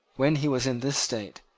when he was in this state,